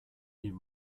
die